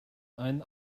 einen